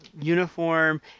uniform